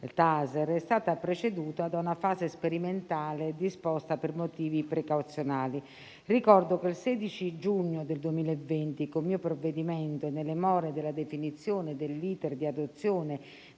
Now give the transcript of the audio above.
*taser* è stato preceduto da una fase sperimentale disposta per motivi precauzionali. Ricordo che il 16 giugno 2020, con mio provvedimento, nelle more della definizione dell'*iter* di adozione